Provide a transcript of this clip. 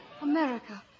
America